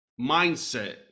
mindset